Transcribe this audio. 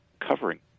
covering